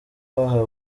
bahawe